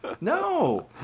No